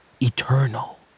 eternal